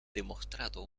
demostrado